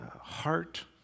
heart